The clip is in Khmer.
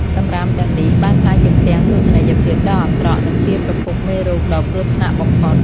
សម្រាមទាំងនេះបានក្លាយជាផ្ទាំងទស្សនីយភាពដ៏អាក្រក់ និងជាប្រភពមេរោគដ៏គ្រោះថ្នាក់បំផុត។